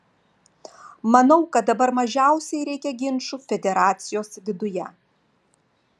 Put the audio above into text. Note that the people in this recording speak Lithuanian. manau kad dabar mažiausiai reikia ginčų federacijos viduje